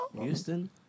Houston